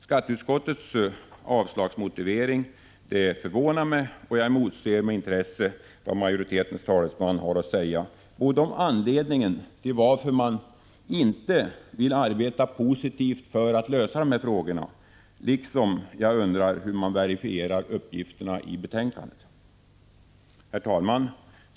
Skatteutskottets motivering för avstyrkandet förvånar mig, och jag emotser med intresse vad majoritetens talesman har att säga om anledningen till att man inte vill arbeta positivt för att lösa dessa frågor och om hur man verifierar uppgifterna i betänkandet. Herr talman!